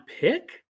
pick